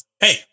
hey